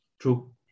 True